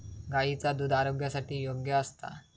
गायीचा दुध आरोग्यासाठी योग्य असता